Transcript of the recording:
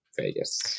Vegas